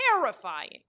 terrifying